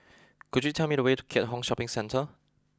could you tell me the way to Keat Hong Shopping Centre